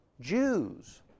Jews